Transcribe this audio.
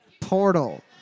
Portal